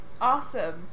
Awesome